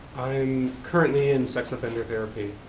i'm currently in sex offender therapy.